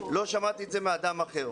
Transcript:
לא שמעתי את זה מאדם אחר.